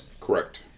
Correct